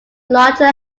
larger